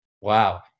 Wow